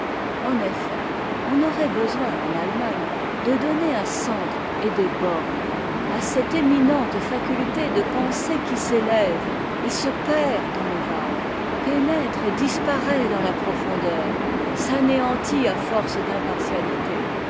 en effet on aurait besoin en allemagne de donner un centre et des bornes à cette éminente faculté de penser qui s'élève et se perd dans le vague pénètre et disparaît dans ta profondeur